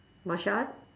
martial art